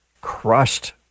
crushed